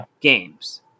games